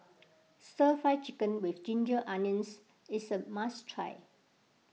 Stir Fried Chicken with Ginger Onions is a must try